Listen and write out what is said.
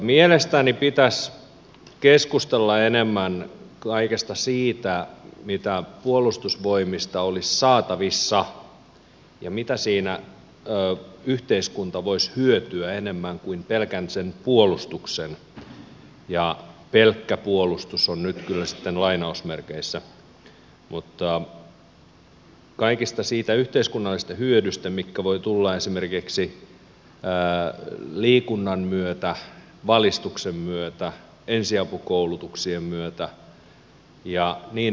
mielestäni pitäisi keskustella enemmän kaikesta siitä mitä puolustusvoimista olisi saatavissa ja mitä muuta hyötyä siinä yhteiskunta voisi saada enemmän kuin sen pelkän puolustuksen ja pelkkä puolustus on nyt kyllä sitten lainausmerkeissä eli kaikesta siitä yhteiskunnallisesta hyödystä mikä voi tulla esimerkiksi liikunnan myötä valistuksen myötä ensiapukoulutuksien myötä ja niin edelleen